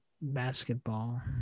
Basketball